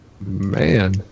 Man